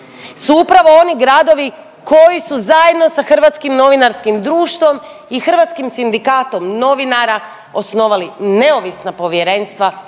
su upravo oni gradovi koji su zajedno sa Hrvatskim novinarskim društvom i Hrvatskim sindikatom novinara osnovali neovisna povjerenstva